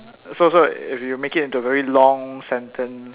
so so if you make it into a very long sentence